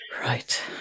Right